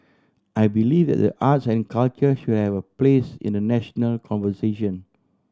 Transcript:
I believe that the arts and culture should have a place in the national conversation